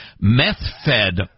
meth-fed